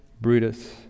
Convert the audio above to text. Brutus